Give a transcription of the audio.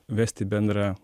vesti bendrą